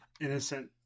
innocent